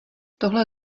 tohle